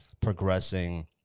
progressing